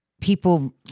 people